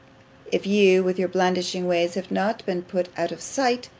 if you, with your blandishing ways, have not been put out of sight,